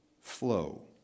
Flow